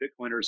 Bitcoiners